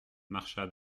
marcha